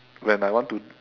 when I want to